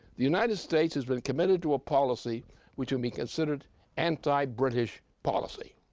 the united states has been committed to a policy which can be considered anti-british policy!